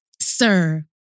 Sir